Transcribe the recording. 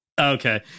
Okay